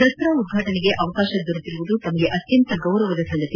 ದಸರಾ ಉದ್ವಾಟನೆಗೆ ಅವಕಾಶ ದೊರೆತಿರುವುದು ತಮಗೆ ಅತ್ಯಂತ ಗೌರವದ ಸಂಗತಿ